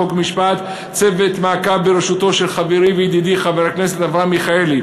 חוק ומשפט צוות מעקב בראשותו של חברי וידידי חבר הכנסת אברהם מיכאלי,